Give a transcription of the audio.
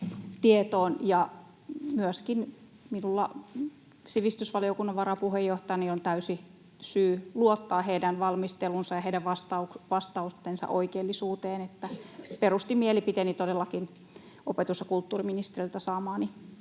myöskin sivistysvaliokunnan varapuheenjohtajana on täysi syy luottaa heidän valmisteluunsa ja heidän vastaustensa oikeellisuuteen. Perustin mielipiteeni todellakin opetus- ja kulttuuriministeriöltä saamani